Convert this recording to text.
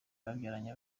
babyaranye